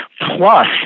Plus